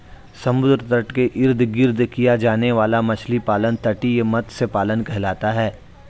समुद्र तट के इर्द गिर्द किया जाने वाला मछली पालन तटीय मत्स्य पालन कहलाता है